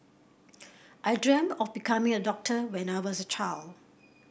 I dreamt of becoming a doctor when I was a child